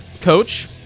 Coach